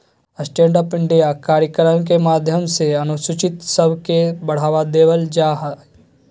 stand up India कार्यक्रम के माध्यम से अनुसूचित सब के बढ़ावा देवल जा हय